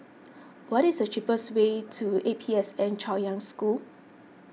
what is the cheapest way to A P S N Chaoyang School